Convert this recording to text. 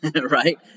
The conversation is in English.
right